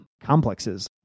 complexes